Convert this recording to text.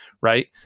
right